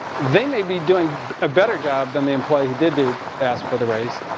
they may be doing a better job than the employee who did do, ask for the raise.